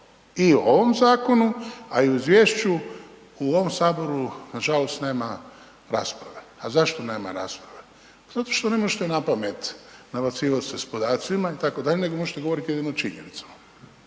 i u ovom zakonu, a i u izvješću u ovom Saboru nažalost nema rasprave. A zašto nema rasprave? Zato što ne možete napamet nabacivati se s podacima, itd. nego možete govoriti jedino činjenicama.